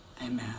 Amen